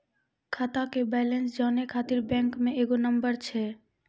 खाता के बैलेंस जानै ख़ातिर बैंक मे एगो नंबर छै?